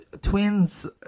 twins